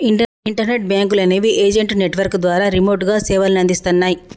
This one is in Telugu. ఇంటర్నెట్ బ్యేంకులనేవి ఏజెంట్ నెట్వర్క్ ద్వారా రిమోట్గా సేవలనందిస్తన్నయ్